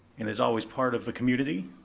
and is always part of a community.